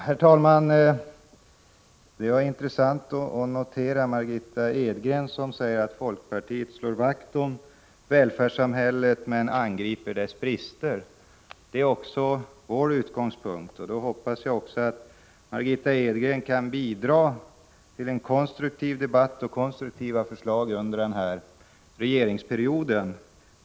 Herr talman! Det var intressant att notera Margitta Edgrens uttalande att folkpartiet slår vakt om välfärdssamhället men angriper dess brister. Det är också min utgångspunkt, och därför hoppas jag att Margitta Edgren kan bidra med konstruktiva förslag under den här regeringsperioden.